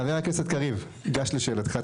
חבר הכנסת קריב, גש לשאלתך.